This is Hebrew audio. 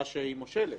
שהיא מושלת,